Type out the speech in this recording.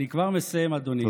אני כבר מסיים, אדוני.